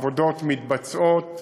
העבודות מתבצעות